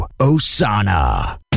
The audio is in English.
Osana